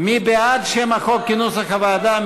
מי בעד שם החוק כנוסח הוועדה?